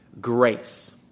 grace